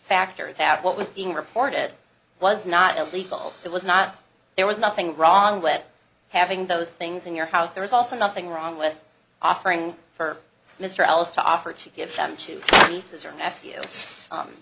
factor that what was being reported was not illegal it was not there was nothing wrong with having those things in your house there is also nothing wrong with offering for mr alice to offer to give some two pieces or nephew